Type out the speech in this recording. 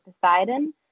Poseidon